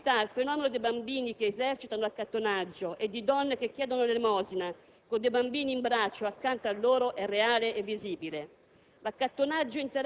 Nelle nostre città il fenomeno dei bambini che esercitano l'accattonaggio e di donne che chiedono l'elemosina con dei bambini in braccio o accanto a loro è reale e visibile.